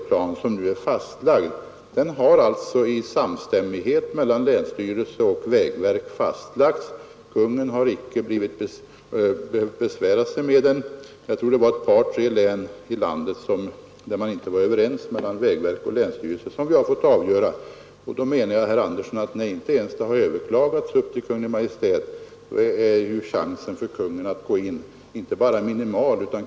Planen har alltså fastlagts i samstämmighet mellan länsstyrelse och vägverk. Jag tror att det var ett par tre län där man inte var överens, och de fallen har Kungl. Maj:t fått avgöra. I fråga om Örebro län har möjligheten för Kungl. Maj:t att ta upp ärendet till bedömning varit inte bara minimal utan helt obefintlig.